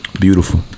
beautiful